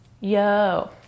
Yo